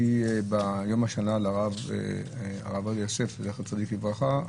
ביום השנה לרב עובדיה יוסף, זכר צדיק לברכה,